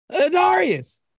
Adarius